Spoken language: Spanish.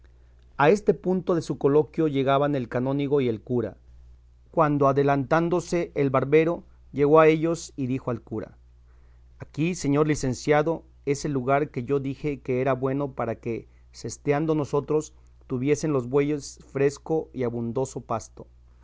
a este punto de su coloquio llegaban el canónigo y el cura cuando adelantándose el barbero llegó a ellos y dijo al cura aquí señor licenciado es el lugar que yo dije que era bueno para que sesteando nosotros tuviesen los bueyes fresco y abundoso pasto